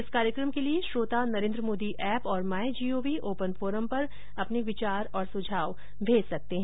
इस कार्यक्रम के लिए श्रोता नरेन्द्र मोदी ऐप और माई जीओवी ओपन फोरम पर अपने विचार और सुझाव भेज सकते हैं